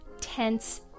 tense